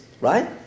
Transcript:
right